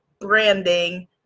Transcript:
branding